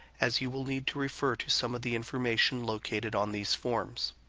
as you will need to refer to some of the information located on these forms.